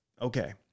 Okay